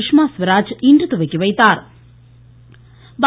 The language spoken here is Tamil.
சுஷ்மா ஸ்வராஜ் இன்று துவக்கிவைத்தாா்